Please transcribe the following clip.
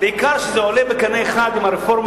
בעיקר כשזה עולה בקנה אחד עם הרפורמה